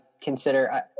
Consider